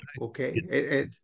okay